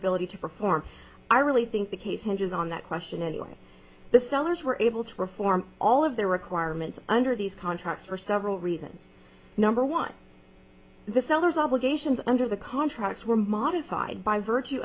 ability to perform i really think the case hinges on that question and the sellers were able to perform all of their requirements under these contracts for several reasons number one the seller's obligations under the contracts were modified by virtue